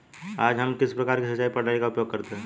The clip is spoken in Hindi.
आज हम किस प्रकार की सिंचाई प्रणाली का उपयोग करते हैं?